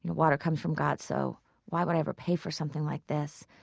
and water comes from god, so why would i ever pay for something like this?